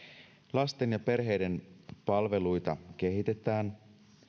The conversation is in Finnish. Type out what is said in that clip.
lasten ja perheiden palveluita kehitetään